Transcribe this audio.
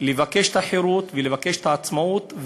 לבקש את החירות ולבקש את העצמאות,